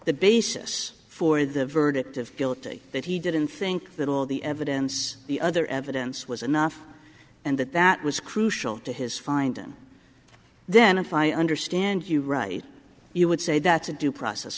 the basis for the verdict of guilty that he didn't think that all the evidence the other evidence was enough and that that was crucial to his find then if i understand you right you would say that a due process